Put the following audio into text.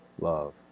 love